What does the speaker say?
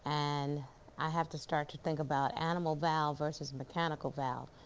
and i have to start to think about animal valve versus mechanical valve.